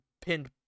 pinned